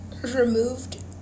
removed